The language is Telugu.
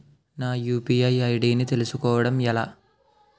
నా యు.పి.ఐ ఐ.డి ని తెలుసుకోవడం ఎలా?